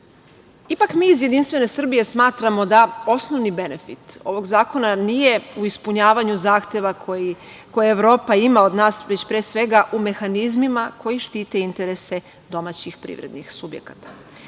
mi iz Jedinstvene Srbije smatramo da osnovni benefit ovog zakona nije u ispunjavanju zahteva koje Evropa ima od nas, već pre svega u mehanizmima koji štite interese domaćih privrednih subjekata.